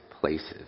places